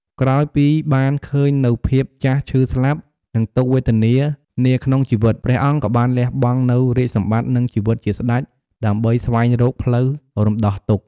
ក្រោយពីបានឃើញនូវភាពចាស់ ឈឺ ស្លាប់ និងទុក្ខវេទនានានាក្នុងជីវិត ព្រះអង្គក៏បានលះបង់នូវរាជសម្បត្តិ និងជីវិតជាស្តេច ដើម្បីស្វែងរកផ្លូវរំដោះទុក្ខ។